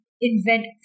invent